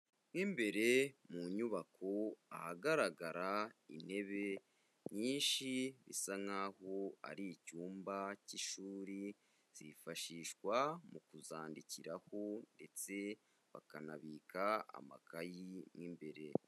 Mo imbere mu nyubako ahagaragara intebe nyinshi bisa nk'aho ari icyumba cy'ishuri zifashishwa mu kuzandikiraho ndetse bakanabika amakayi mu imbere.